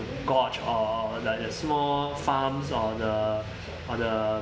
gorge or like the the small farms or the or the